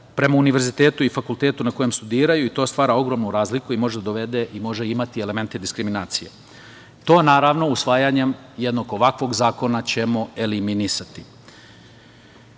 prema univerzitetu i fakultetu na kojem studiraju i to stvara ogromnu razliku i može imati elemente diskriminacije. To, naravno, usvajanjem jednog ovakvog zakona ćemo eliminisati. Treba